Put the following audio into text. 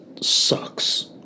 sucks